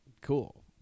cool